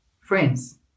friends